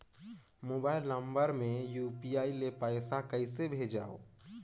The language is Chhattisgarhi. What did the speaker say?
मोबाइल नम्बर मे यू.पी.आई ले पइसा कइसे भेजवं?